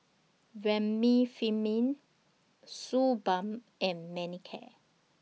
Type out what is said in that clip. Remifemin Suu Balm and Manicare